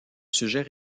sujet